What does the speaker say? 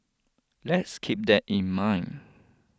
let's keep that in mind